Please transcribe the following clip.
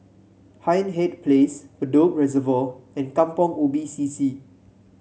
Hindhede Place Bedok Reservoir and Kampong Ubi C C